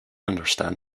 understand